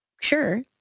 Sure